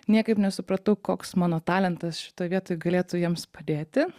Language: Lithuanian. niekaip nesupratau koks mano talentas šitoj vietoj galėtų jiems padėti